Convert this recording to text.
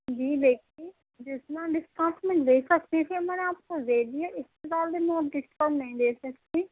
جی دیکھیے جتنا ڈسکاؤنٹ میں دے سکتی تھی میں نے آپ کو دے دیا اِس کے علاوہ اور ڈسکاؤنٹ نہیں دے سکتی